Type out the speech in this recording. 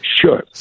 Sure